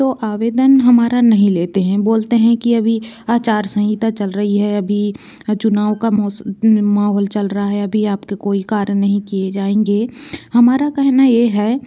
तो आवेदन हमारा नहीं लेते हैं बोलते हैं कि अभी आचार संहिता चल रही है अभी चुनाव का मौसम माहौल चल रहा है अभी आप के कोई कार्य नहीं किए जाएंगे हमारा कहना ये है